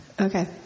Okay